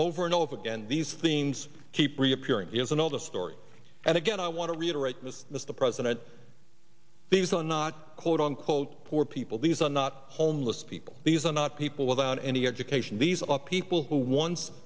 over and over again these things keep reappearing is another story and again i want to reiterate this mr president these are not quote unquote poor people these are not homeless people these are not people without any education these are people who once